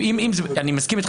אני מסכים איתך,